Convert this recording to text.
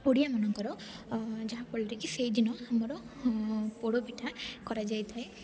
ଓଡ଼ିଆମାନଙ୍କର ଯାହାଫଳରେ କି ସେଇ ଦିନ ଆମର ପୋଡ଼ ପିଠା କରାଯାଇଥାଏ